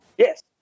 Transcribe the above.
Yes